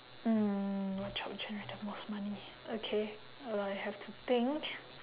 mm what job generate the most money okay uh I have to think